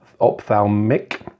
ophthalmic